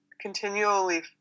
continually